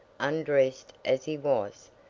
undressed as he was,